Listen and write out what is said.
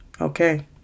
Okay